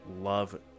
love